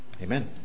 Amen